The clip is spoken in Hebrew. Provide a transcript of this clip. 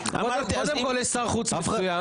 יש שר החוץ באמת מצוין,